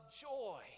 joy